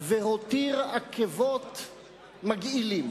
והותיר עקבות מגעילים.